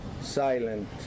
Silent